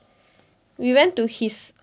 we went to his